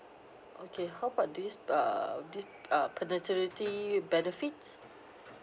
okay how about this pa~ this uh paternity benefits